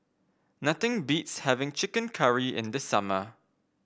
nothing beats having chicken curry in the summer